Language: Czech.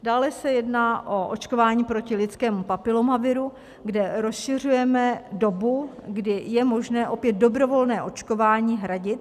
Dále se jedná o očkování proti lidskému papilomaviru, kde rozšiřujeme dobu, kdy je možné opět dobrovolné očkování hradit.